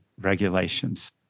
regulations